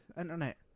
internet